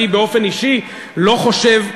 אני באופן אישי לא חושב,